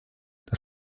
das